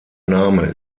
name